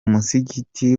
musigiti